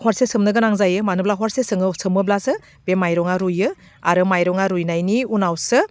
हरसे सोमनो गोनां जायो मानोब्ला हरसे सोमो सोमोब्लासो बे माइरङा रुइयो आरो माइरङा रुइनायनि उनावसो